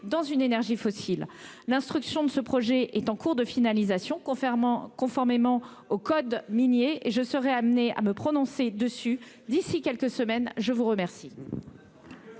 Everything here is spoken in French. dans une énergie fossile. L'instruction de ce projet est en cours de finalisation confirmant conformément au code minier et je serai amené à me prononcer dessus d'ici quelques semaines, je vous remercie.